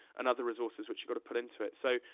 and other resources, which you gotta put into it. so,